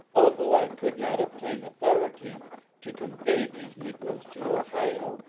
although i could not obtain authority to convey these negroes to ohio,